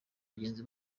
bagenzi